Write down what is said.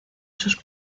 sus